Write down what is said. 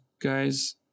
guys